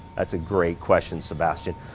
that's a great question, sebastian.